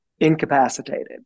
incapacitated